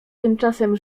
tymczasem